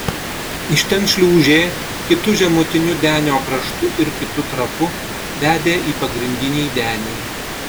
iš ten šliūžė kitu žemutinio denio kraštu ir kitu trapu vedė į pagrindinį denį